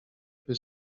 był